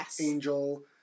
angel